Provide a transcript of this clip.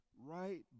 right